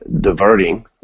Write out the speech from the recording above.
diverting